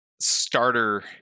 starter